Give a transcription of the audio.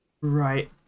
Right